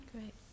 Great